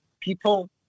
people